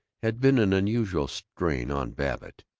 had been an unusual strain on babbitt.